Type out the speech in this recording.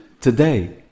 today